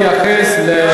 זה הכי עדין שהוא,